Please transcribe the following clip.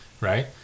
right